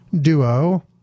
duo